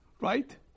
Right